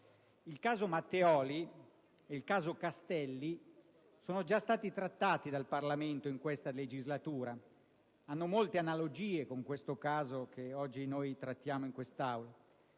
Il caso Matteoli e il caso Castelli sono già stati trattati dal Parlamento in questa legislatura: essi hanno molte analogie con il caso che trattiamo noi oggi in quest'Aula